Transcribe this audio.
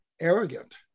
arrogant